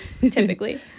Typically